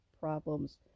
problems